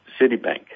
Citibank